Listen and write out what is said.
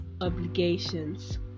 obligations